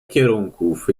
kierunków